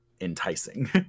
enticing